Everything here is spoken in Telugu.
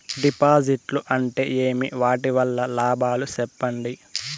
డిపాజిట్లు అంటే ఏమి? వాటి వల్ల లాభాలు సెప్పండి?